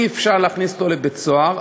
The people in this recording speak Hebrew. אי-אפשר להכניס אותו לבית-סוהר,